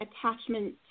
attachment